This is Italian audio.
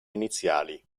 iniziali